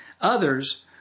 others